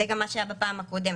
זה גם מה שהיה בפעם הקודמת.